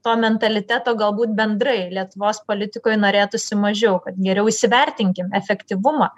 to mentaliteto galbūt bendrai lietuvos politikoj norėtųsi mažiau kad geriau įsivertinkim efektyvumą